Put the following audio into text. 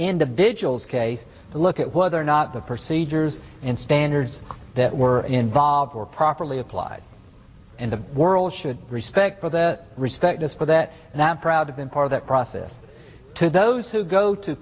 individual's case to look at whether or not the perceivers in standards that were involved or properly applied in the world should respect for their respect as for that and i'm proud of them part of that process to those who go to